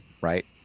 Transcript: Right